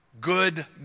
good